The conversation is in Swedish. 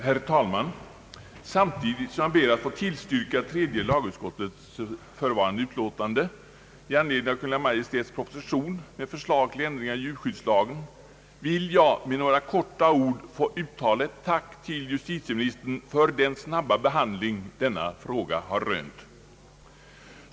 Herr talman! Samtidigt som jag ber att få tillstyrka tredje lagutskottets förevarande utlåtande i anledning av Kungl. Maj:ts proposition med förslag till ändringar i djurskyddslagen vill jag med några få ord uttala ett tack till justitieministern för den snabba behandling denna fråga har rönt.